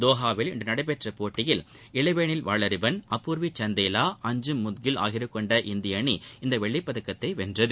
தோஹாவில் இன்று நடைபெற்ற போட்டியில் இளவேனில் வாளறிவன் அபூர்வி சந்தேவா அஞ்சும் முட்கில் ஆகியோரைக் கொண்ட இந்திய அணி இந்த வெள்ளிப் பதக்கத்தை வென்றது